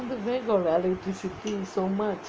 where got electricity so much